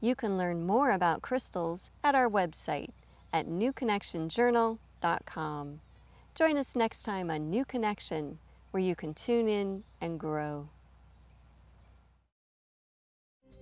you can learn more about crystals at our website at new connection journal dot com join us next time a new connection where you can tune in and grow